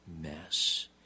mess